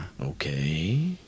Okay